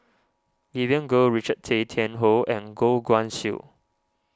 Vivien Goh Richard Tay Tian Hoe and Goh Guan Siew